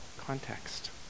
context